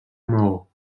maó